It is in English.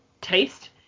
taste